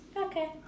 Okay